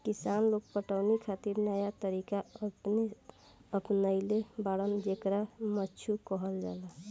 किसान लोग पटवनी खातिर नया तरीका अपनइले बाड़न जेकरा मद्दु कहल जाला